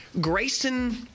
Grayson